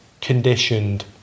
conditioned